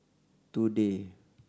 today